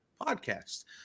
Podcast